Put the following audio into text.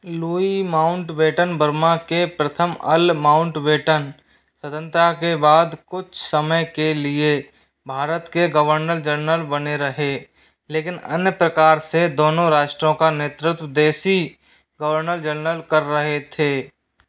Louis Mountbatten Burma के प्रथम earl Mountbatten स्वतंत्रता के बाद कुछ समय के लिए भारत के गवर्नर जनरल बने रहे लेकिन अन्य प्रकार से दोनों राष्ट्रों का नेतृत्व देशी गवर्नर जनरल कर रहे थे